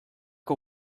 que